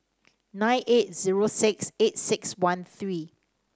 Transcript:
nine eight zero six eight six one three